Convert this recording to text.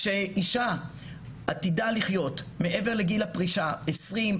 כשאישה עתידה לחיות מעבר לגיל הפרישה 20,